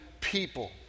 people